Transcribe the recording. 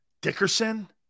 Dickerson